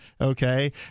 Okay